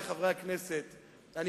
חבר הכנסת חסון.